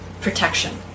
protection